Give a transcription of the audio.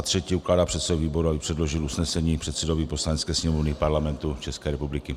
3. ukládá předsedovi výboru, aby předložil usnesení předsedovi Poslanecké sněmovny Parlamentu České republiky.